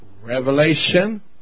Revelation